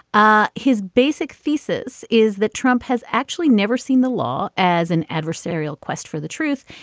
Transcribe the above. ah his basic thesis is that trump has actually never seen the law as an adversarial quest for the truth.